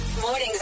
Mornings